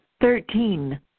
thirteen